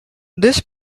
this